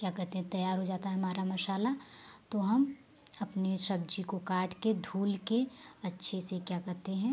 क्या कहते हैं तैयार हो जाता है हमारा मसाला तो हम अपनी सब्जी को काट के धुल के अच्छे से क्या कहते हैं